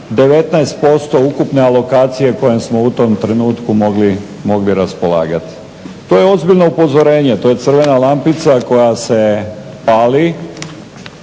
19% ukupne alokacije koje smo u tom trenutku mogli raspolagati. To je ozbiljno upozorenje, to je crvena lampica koja se pali